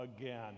again